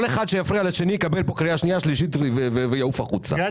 כל אחד שיפריע לשני יקבל פה קריאה שנייה ושלישית ויעוף החוצה.